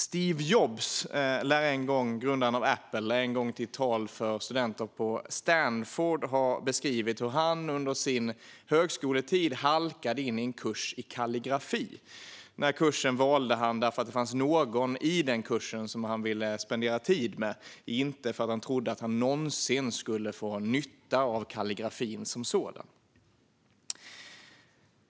Steve Jobs, grundaren av Apple, lär en gång i ett tal för studenter på Stanford ha beskrivit hur han under sin högskoletid halkade in på en kurs om kalligrafi. Den kursen valde han för att det fanns någon som också gick den kursen som han ville spendera tid med och inte för att han trodde att han någonsin skulle få nytta av kalligrafin som sådan.